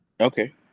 Okay